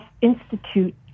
Institute